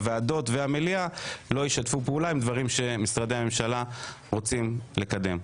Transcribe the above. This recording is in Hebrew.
הוועדות והמליאה לא ישתפו פעולה עם דברים שהם רוצים לקדם.